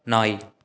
நாய்